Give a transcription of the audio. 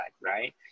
right